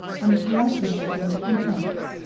and the polite literature in french.